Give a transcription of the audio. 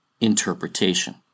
interpretation